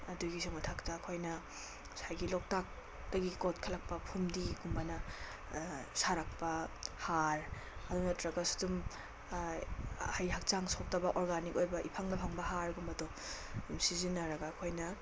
ꯑꯗꯨꯒꯤꯁꯨ ꯃꯊꯛꯇ ꯑꯩꯈꯣꯏꯅ ꯉꯁꯥꯏꯒꯤ ꯂꯣꯛꯇꯥꯛꯇꯒꯤ ꯀꯣꯈꯠꯂꯛꯄ ꯐꯨꯝꯗꯤꯒꯨꯝꯕꯅ ꯁꯥꯔꯛꯄ ꯍꯥꯔ ꯑꯗꯨ ꯅꯠꯇ꯭ꯔꯒꯁꯨ ꯑꯗꯨꯝ ꯍꯛꯆꯥꯡ ꯁꯣꯛꯇꯕ ꯑꯣꯔꯒꯥꯅꯤꯛ ꯑꯣꯏꯕ ꯏꯐꯪꯗ ꯐꯪꯕ ꯍꯥꯔꯒꯨꯝꯕꯗꯣ ꯑꯗꯨꯝ ꯁꯤꯖꯤꯟꯅꯔꯒ ꯑꯩꯈꯣꯏꯅ